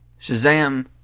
Shazam